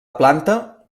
planta